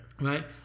Right